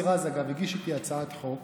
אגב, מוסי רז הגיש איתי הצעת חוק